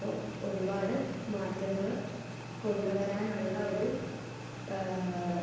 അപ്പോൾ ഒരുപാട് മാറ്റങ്ങൾ കൊണ്ടുവരാനുള്ള ഒരു